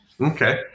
Okay